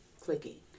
clicking